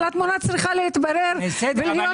אבל התמונה צריכה להתברר ולהיות בהירה לכולנו.